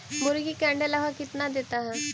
मुर्गी के अंडे लगभग कितना देता है?